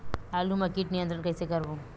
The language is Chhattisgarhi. आलू मा कीट नियंत्रण कइसे करबो?